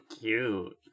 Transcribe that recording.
cute